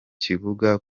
kibuga